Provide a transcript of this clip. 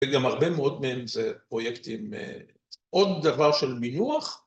‫וגם הרבה מאוד מהם זה פרויקטים, ‫עוד דבר של מינוח.